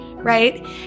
Right